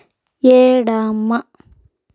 ఎడమ